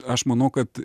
aš manau kad